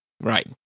Right